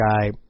guy